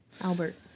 Albert